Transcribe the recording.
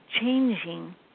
changing